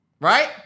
Right